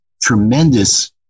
tremendous